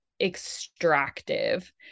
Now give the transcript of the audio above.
extractive